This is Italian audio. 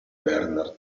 bernard